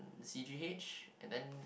C_G_H